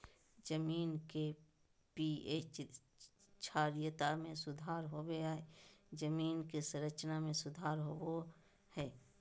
जमीन के पी.एच क्षारीयता में सुधार होबो हइ जमीन के संरचना में सुधार होबो हइ